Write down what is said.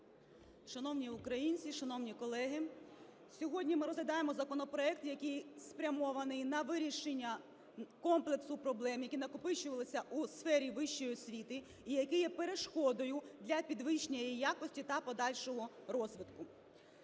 Шановні українці! Шановні колеги! Сьогодні ми розглядаємо законопроект, який спрямований на вирішення комплексу проблем, які накопичувалися у сфері вищої освіти і які є перешкодою для підвищення її якості та подальшого розвитку.